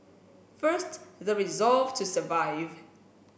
first the resolve to survive